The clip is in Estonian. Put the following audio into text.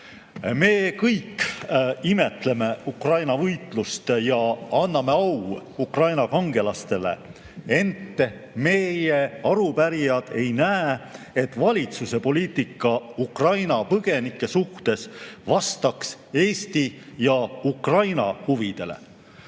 Me kõik imetleme Ukraina võitlust ja anname au Ukraina kangelastele. Ent meie, arupärijad, ei näe, et valitsuse poliitika Ukraina põgenike suhtes vastaks Eesti ja Ukraina